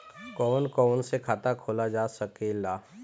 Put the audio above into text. कौन कौन से खाता खोला जा सके ला?